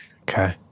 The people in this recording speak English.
okay